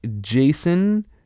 Jason